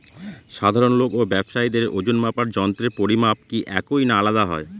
সাধারণ লোক ও ব্যাবসায়ীদের ওজনমাপার যন্ত্রের পরিমাপ কি একই না আলাদা হয়?